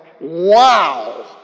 Wow